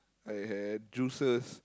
I had juices